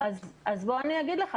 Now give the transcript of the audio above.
אז בוא אני אגיד לך,